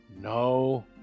no